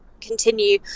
continue